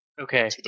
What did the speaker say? Okay